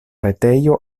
retejo